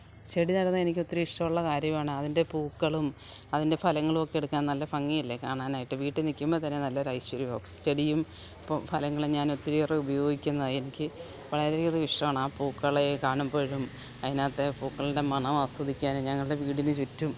ചെടി നടുന്നത് എനിക്ക് ഒത്തിരി ഇഷ്ടമുള്ള കാര്യമാണ് അതിൻ്റെ പൂക്കളും അതിൻ്റെ ഫലങ്ങളുമൊക്കെ എടുക്കാന് നല്ല ഭംഗിയല്ലേ കാണാനായിട്ട് വീട്ടില് നില്ക്കുമ്പോള്ത്തന്നെ നല്ലൊരു ഐശ്വര്യമാണ് ചെടിയും ഇപ്പോള് ഫലങ്ങളും ഞാന് ഒത്തിരിയേറെ ഉപയോഗിക്കുന്നതാണ് എനിക്ക് വളരെ അധികം ഇഷ്ടമാണ് ആ പൂക്കളെ കാണുമ്പോഴും അതിനകത്തെ പൂക്കളുടെ മണം ആസ്വദിക്കാനും ഞങ്ങളുടെ വീടിനു ചുറ്റും